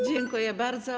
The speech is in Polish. Dziękuję bardzo.